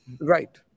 right